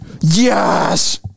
Yes